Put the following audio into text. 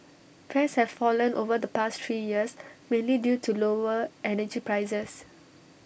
fares have fallen over the past three years mainly due to lower energy prices